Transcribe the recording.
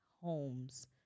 homes